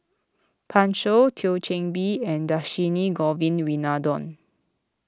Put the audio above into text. Pan Shou Thio Chan Bee and Dhershini Govin Winodan